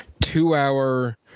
two-hour